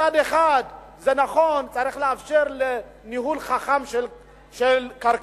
מצד אחד זה נכון, צריך לאפשר ניהול חכם של קרקעות,